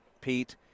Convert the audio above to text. Pete